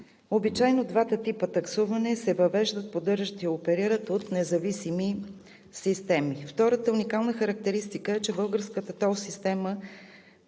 Обичайно двата типа таксуване се въвеждат, поддържат и оперират като независими системи. Втората уникална характеристика е, че в българската тол система